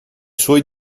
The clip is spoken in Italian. suoi